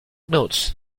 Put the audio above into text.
notes